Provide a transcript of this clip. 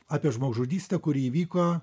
apie žmogžudystę kuri įvyko